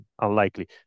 unlikely